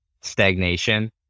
stagnation